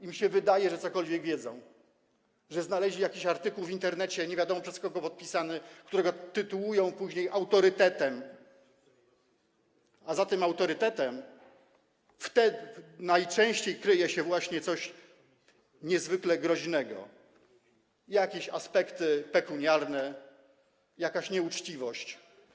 Im się wydaje, że cokolwiek wiedzą, że znaleźli jakiś artykuł w Internecie, nie wiadomo przez kogo podpisany, przez kogoś, kogo tytułują później autorytetem, a za tym autorytetem najczęściej kryje się właśnie coś niezwykle groźnego, jakieś aspekty pekuniarne, jakaś nieuczciwość.